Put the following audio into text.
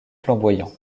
flamboyant